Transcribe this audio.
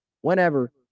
whenever